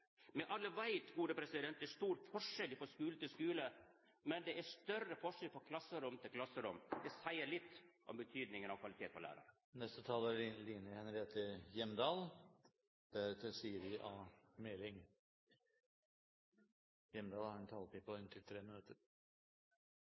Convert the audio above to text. Alle veit at det er stor forskjell frå skule til skule, men det er større forskjell frå klasserom til klasserom. Det seier litt om betydinga av kvaliteten på læraren. Når jeg hører de rød-grønnes bekymring for Kristelig Folkepartis framtid, lurer jeg ikke bare på